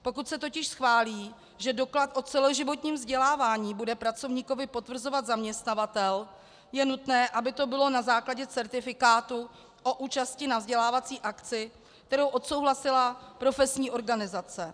Pokud se totiž schválí, že doklad o celoživotním vzdělávání bude pracovníkovi potvrzovat zaměstnavatel, je nutné, aby to bylo na základě certifikátu o účasti na vzdělávací akci, kterou odsouhlasila profesní organizace.